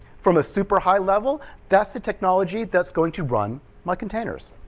from a super high level, that's technology that's going to run my containers.